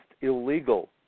illegal